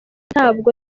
ntabwo